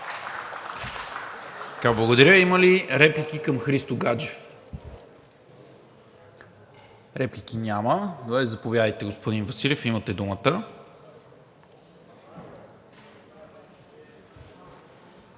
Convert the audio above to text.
Благодаря. Има ли реплики към Христо Гаджев? Няма. Заповядайте, господин Василев, имате думата.